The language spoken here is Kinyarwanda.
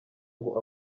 ngo